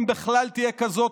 אם בכלל תהיה כזאת,